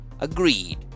Agreed